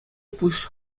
пуҫ